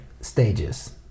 stages